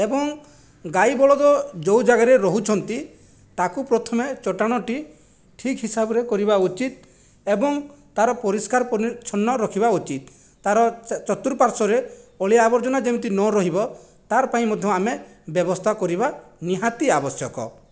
ଏବଂ ଗାଈ ବଳଦ ଯେଉଁ ଜାଗାରେ ରହୁଛନ୍ତି ତାକୁ ପ୍ରଥମେ ଚଟାଣଟି ଠିକ୍ ହିସାବରେ କରିବା ଉଚିତ ଏବଂ ତା'ର ପରିଷ୍କାର ପରିଚ୍ଛନ ରଖିବା ଉଚିତ ତା'ର ଚଃର୍ତୁପାର୍ଶ୍ଵରେ ଅଳିଆ ଆବର୍ଜନା ଯେମିତି ନରହିବ ତା'ର ପାଇଁ ମଧ୍ୟ ଆମେ ବ୍ୟବସ୍ଥା କରିବା ନିହାତି ଆବଶ୍ୟକ